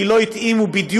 כי הם לא התאימו בדיוק